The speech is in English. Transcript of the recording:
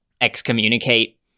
excommunicate